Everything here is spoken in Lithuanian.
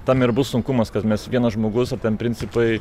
tame ir bus sunkumas kad mes vienas žmogus ar ten principai